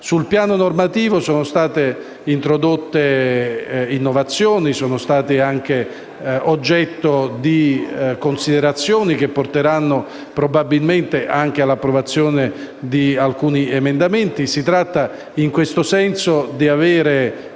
Sul piano normativo sono state introdotte innovazioni che sono state oggetto di considerazioni che porteranno probabilmente all'approvazione di alcuni emendamenti. Si tratta in questo senso di avere,